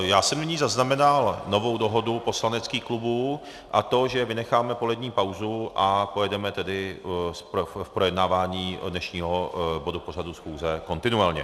Já jsem nyní zaznamenal novou dohodu poslaneckých klubů, a to že vynecháme polední pauzu a pojedeme tedy v projednávání dnešního bodu pořadu schůze kontinuálně.